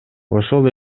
ошол